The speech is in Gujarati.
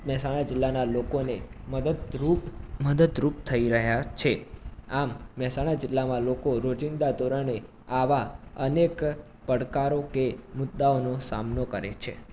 મહેસાણા જિલ્લાના લોકોને મદદરૂપ મદદરૂપ થઈ રહ્યા છે આમ મહેસાણા જિલ્લામાં લોકો રોજિંદા ધોરણે આવા અનેક પડકારો કે મુદ્દાઓનો સામનો કરે છે